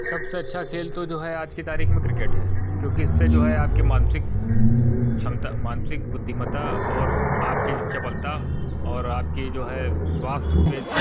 सबसे अच्छा खेल तो जो है आज की तारीख में क्रिकेट है क्योंकि इससे जो है आपकी मानसिक क्षमता मानसिक बुद्धिमता और आपकी चपलता और आपकी जो है स्वास्थ्य पे